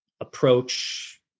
approach